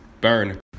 Burn